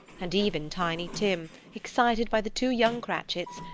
and even tiny tim, excited by the two young cratchits,